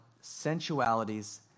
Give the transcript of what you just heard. sensualities